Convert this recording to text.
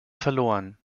verloren